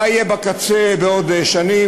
מה יהיה בקצה, בעוד שנים?